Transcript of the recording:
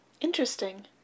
Interesting